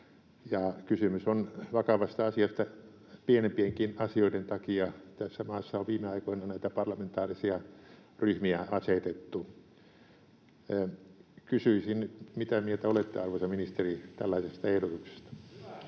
Kysymys on vakavasta asiasta. Pienempienkin asioiden takia tässä maassa on viime aikoina näitä parlamentaarisia ryhmiä asetettu. Kysyisin: mitä mieltä olette, arvoisa ministeri, tällaisesta ehdotuksesta?